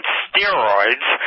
steroids